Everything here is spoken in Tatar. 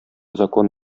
закон